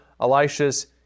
Elisha's